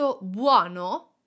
buono